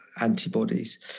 antibodies